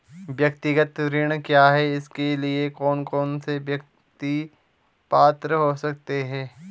व्यक्तिगत ऋण क्या है इसके लिए कौन कौन व्यक्ति पात्र हो सकते हैं?